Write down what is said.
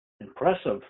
Impressive